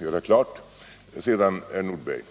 göra klart. Sedan till herr Nordberg.